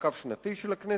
מעקב שנתי של הכנסת.